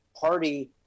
party